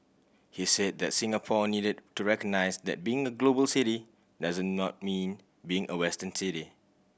he said that Singapore needed to recognise that being a global city does not mean being a Western city